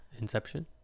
inception